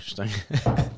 interesting